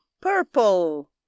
purple